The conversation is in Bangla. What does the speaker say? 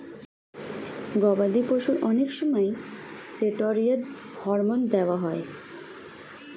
গবাদি পশুর অনেক সময় স্টেরয়েড হরমোন দেওয়া হয়